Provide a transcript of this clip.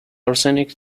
arsenic